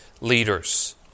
leaders